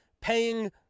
paying